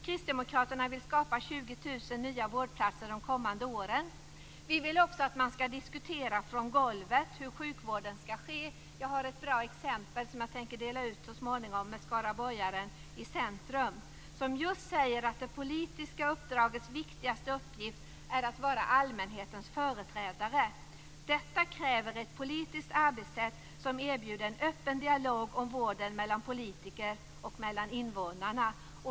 Kristdemokraterna vill skapa 20 000 nya vårdplatser de kommande åren. Vi vill också att man skall diskutera från golvet hur sjukvården skall ske. Jag har ett bra exempel som jag tänker dela ut så småningom. Det gäller projektet "Med skaraborgaren i centrum". Där sägs just att: "Det politiska uppdragets viktigaste uppgift är att vara allmänhetens företrädare. Detta kräver ett politiskt arbetssätt som erbjuder en öppen dialog om vården mellan politiker och invånare".